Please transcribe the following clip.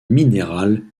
minéral